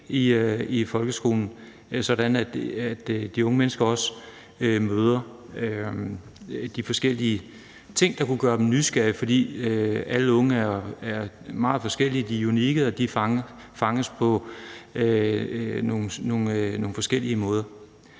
i folkeskolen, sådan at de unge mennesker også møder de forskellige ting, der kunne gøre dem nysgerrige. For alle unge er meget forskellige, de er unikke, og de fanges på nogle forskellige måder.